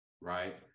right